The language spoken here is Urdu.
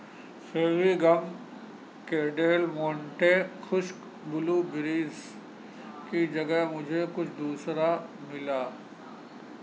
فیوی گم کے ڈیل مونٹے خشک بلو گریز کی جگہ مجھے کچھ دوسرا ملا